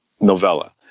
novella